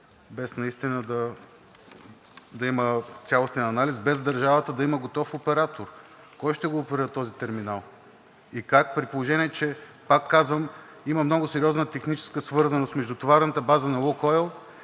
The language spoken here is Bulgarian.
без наистина да има цялостен анализ, без държавата да има готов оператор. Кой ще го оперира този терминал? И как, при положение че, пак казвам, има много сериозна техническа свързаност между товарната база на „Лукойл“